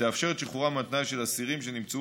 ותאפשר את שחרורם על תנאי של אסירים שנמצאו